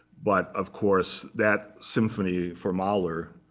but, of course, that symphony, for mahler,